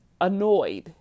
annoyed